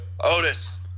Otis